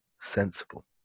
sensible